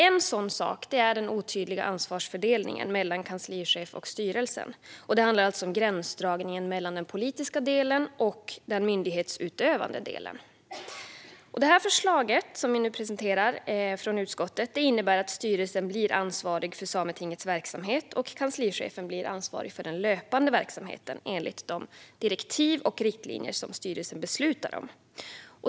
En sådan sak är den otydliga ansvarsfördelningen mellan kanslichefen och styrelsen - det handlar alltså om gränsdragningen mellan den politiska och den myndighetsutövande delen. Det förslag vi nu från utskottets sida presenterar innebär att styrelsen blir ansvarig för Sametingets verksamhet och kanslichefen för den löpande verksamheten, enligt de direktiv och riktlinjer som styrelsen beslutar om.